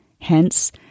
Hence